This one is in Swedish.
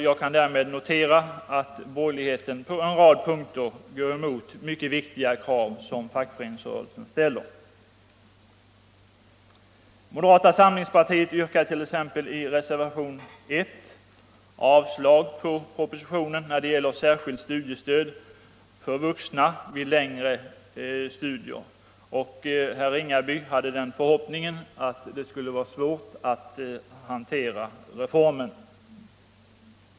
Jag kan därför notera att borgerligheten på en rad punkter = Nr 83 går emot mycket viktiga krav som fackföreningsrörelsen ställer. Tisdagen den Moderata samlingspartiet yrkar t.ex. i reservationen 1 avslag på pro 20 maj 1975 positionen när det gäller särskilt studiestöd för vuxna vid längre studier. Herr Ringaby hoppades också att det skulle vara svårt att hantera re Vuxenutbildningen, formen.